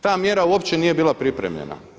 Ta mjera uopće nije bila pripremljena.